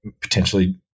potentially